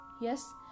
yes